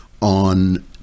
on